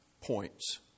points